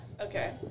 Okay